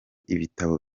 ibitabo